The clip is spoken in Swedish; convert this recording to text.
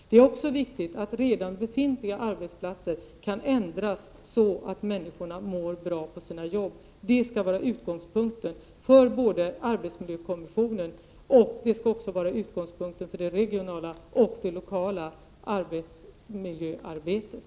Det är också viktigt att befintliga arbetsplatser kan ändras så att människorna mår bra på sina jobb. Det skall vara utgångspunkten för både arbetsmiljökommissionen och det regionala och det lokala arbetsmiljöarbetet.